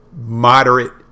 moderate